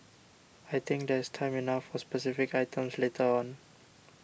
I think there's time enough for specific items later on